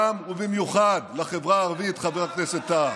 ובמיוחד לחברה הערבית, חבר הכנסת טאהא.